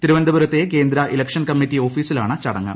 തിരുവനന്തപുരത്തെ കേന്ദ്ര election committee ഓഫീസിലാണ് ചടങ്ങ്